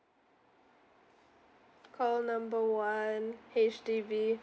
call number one H_D_B